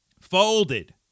folded